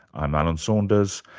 i'm alan saunders,